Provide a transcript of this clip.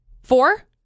Four